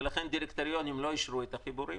ולכן הדירקטוריונים לא אישרו את החיבורים.